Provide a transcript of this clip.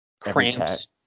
Cramps